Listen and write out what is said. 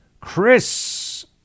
Chris